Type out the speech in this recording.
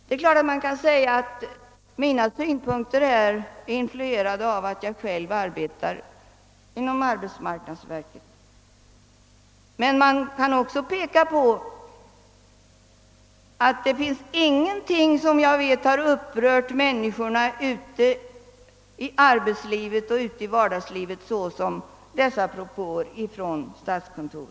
Naturligtvis kan man säga att mina synpunkter i denna fråga är influerade av att jag själv arbetar inom arbetsmarknadsverket, men jag vet ingenting som har upprört människorna i arbetslivet så som statskontorets propåer i detta fall.